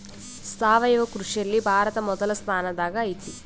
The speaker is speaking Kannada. ಸಾವಯವ ಕೃಷಿಯಲ್ಲಿ ಭಾರತ ಮೊದಲ ಸ್ಥಾನದಾಗ್ ಐತಿ